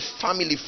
family